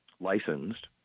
licensed